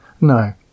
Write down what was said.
No